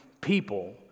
people